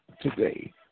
today